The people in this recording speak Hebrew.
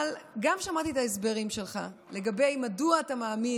אבל גם שמעתי את ההסברים שלך לגבי מדוע אתה מאמין